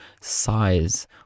size